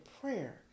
prayer